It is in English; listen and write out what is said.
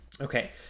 Okay